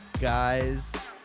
guys